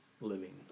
living